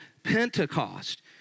Pentecost